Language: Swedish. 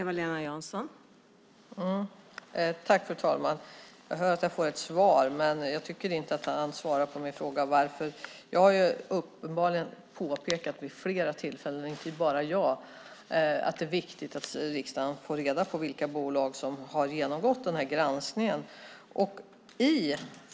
Fru talman! Jag hör att jag får ett svar, men jag tycker inte att statsrådet svarar på frågan varför. Jag, och flera med mig, har vid flera tillfällen påpekat att det är viktigt att riksdagen får reda på vilka bolag som genomgått granskningen.